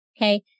Okay